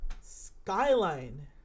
Skyline